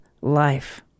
life